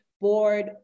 Board